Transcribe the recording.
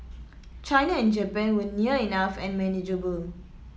China and Japan were near enough and manageable